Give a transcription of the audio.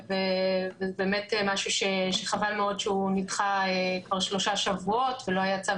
זה באמת משהו שחבל מאוד שהוא נדחה כבר שלושה שבועות ולא היה צו